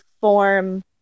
form